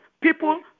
people